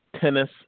Tennis